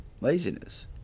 laziness